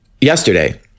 yesterday